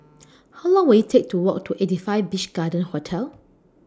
How Long Will IT Take to Walk to eighty five Beach Garden Hotel